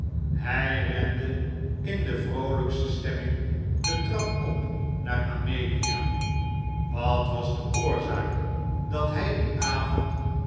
hij rende in de vroolijkste stemming de trap op naar amelia wat was de oorzaak dat hij dien avond